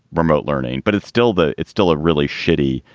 remote learning. but it's still the it's still a really shitty,